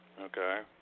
Okay